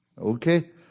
Okay